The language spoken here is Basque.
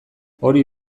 hori